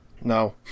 no